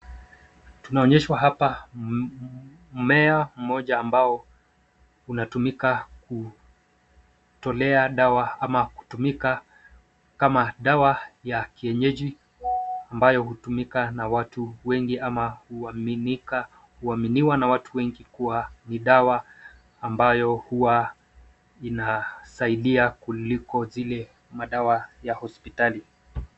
Tunaonyeshwa hapa mmea mmoja ambao unatumika kutolea dawa ama kutumika kama dawa ya kienyeji ambayo hutumika na watu wengi ama huaminiwa na watu wengi kuwa ni dawa ambayo huwa inasaidia kuliko zile madawa ya hospitali.